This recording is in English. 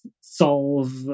solve